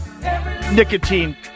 nicotine